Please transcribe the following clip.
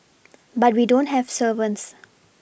but we don't have servants